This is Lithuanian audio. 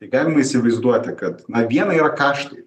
tai galime įsivaizduoti kad na viena yra kaštai